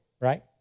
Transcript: right